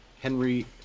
Henry